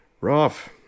Rough